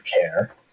care